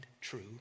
true